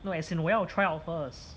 no as in 我要 try out first